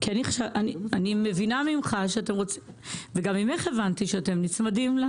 אני מבינה ממך וממך שאתם נצמדים.